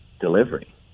delivery